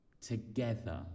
together